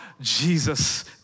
Jesus